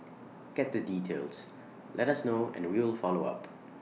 get the details let us know and we will follow up